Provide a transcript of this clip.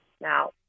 now